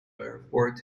airport